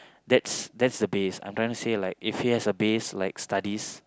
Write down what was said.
that's that's a base I'm trying to say like if he has a base like studies